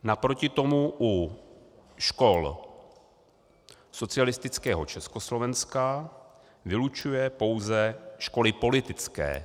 Naproti tomu u škol socialistického Československa vylučuje pouze školy politické.